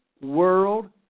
world